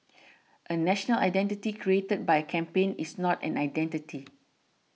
a national identity created by a campaign is not an identity